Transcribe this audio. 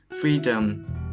freedom